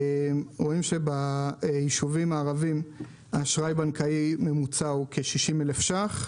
רואים שבישובים הערביים האשראי הבנקאי הממוצע הוא כ-60,000 ש"ח,